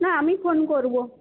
না আমি ফোন করব